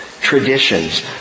traditions